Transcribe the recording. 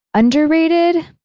underrated?